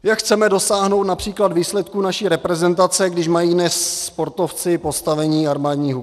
Jak chceme dosáhnout například výsledků naší reprezentace, když mají dnes sportovci postavení armádních uklízeček?